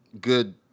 good